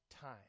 time